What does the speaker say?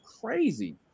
crazy